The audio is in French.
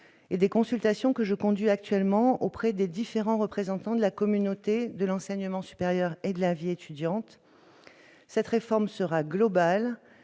et des consultations que je conduis actuellement auprès des différents représentants de la communauté de l'enseignement supérieur et de la vie étudiante. Cette réforme, qui sera globale,